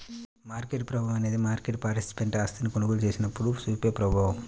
market ప్రభావం అనేది market participant ఆస్తిని కొనుగోలు చేసినప్పుడు చూపే ప్రభావం